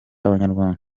abanyarwanda